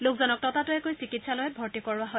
লোকজনক ততাতৈয়াকৈ চিকিৎসালয়ত ভৰ্তি কৰোৱা হয়